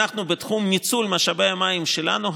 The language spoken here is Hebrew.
אנחנו היום מדינה מובילה בעולם בתחום ניצול משאבי המים שלנו.